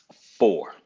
four